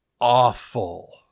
awful